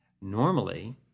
Normally